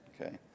Okay